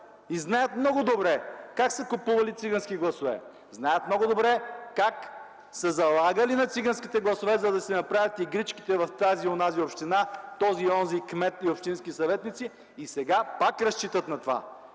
и знаят много добре как са купували цигански гласове! Знаят много добре как са залагали на циганските гласове, за да си направят игричките в тази и онази община, с този и онзи кмет и общински съветници, и сега пак разчитат на това!